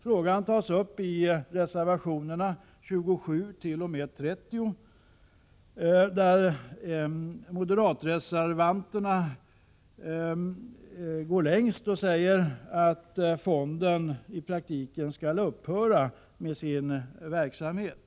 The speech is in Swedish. Frågan tas upp i reservationerna 27-30 där moderatreservanterna går längst och säger att fonden i praktiken bör upphöra med sin verksamhet.